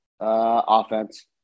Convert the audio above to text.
Offense